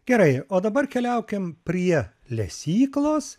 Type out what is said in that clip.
gerai o dabar keliaukim prie lesyklos